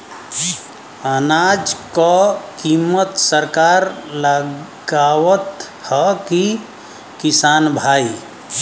अनाज क कीमत सरकार लगावत हैं कि किसान भाई?